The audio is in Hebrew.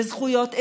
בזכויות עדים,